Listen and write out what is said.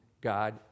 God